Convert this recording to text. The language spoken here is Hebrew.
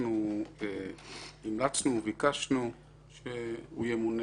אנחנו המלצנו וביקשנו שהוא ימונה